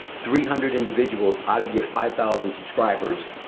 three hundred individuals out of your five thousand subscribers,